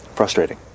Frustrating